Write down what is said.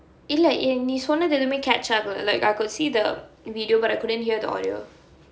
இல்ல நீ சொன்னது எதுமே:illa nee sonnathu ethumae catch up ஆகல:aagala like I could see the video but I couldn't hear the audio